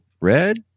red